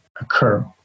occur